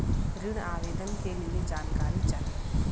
ऋण आवेदन के लिए जानकारी चाही?